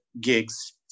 gigs